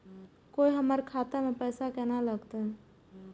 कोय हमरा खाता में पैसा केना लगते?